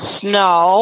snow